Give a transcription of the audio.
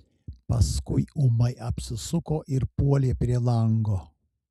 paskui ūmai apsisuko ir puolė prie lango